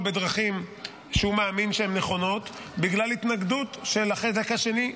בדרכים שהוא מאמין שהן נכונות בגלל התנגדות של החלק השני.